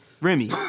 Remy